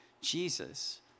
Jesus